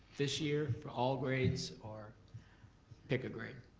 this year for all grades, or pick a grade?